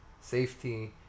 safety